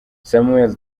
samuel